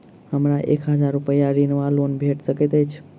हमरा एक हजार रूपया ऋण वा लोन भेट सकैत अछि?